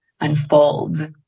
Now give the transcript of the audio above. unfold